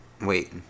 Wait